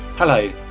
Hello